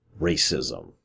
racism